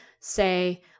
say